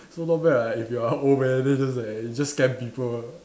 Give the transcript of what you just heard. so not bad [what] if you are old man then just like just scam people